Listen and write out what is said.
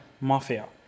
mafia